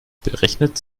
berechnet